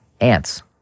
Ants